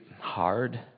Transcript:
hard